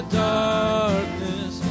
darkness